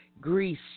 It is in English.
Greece